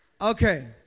Okay